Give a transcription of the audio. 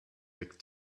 big